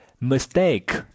mistake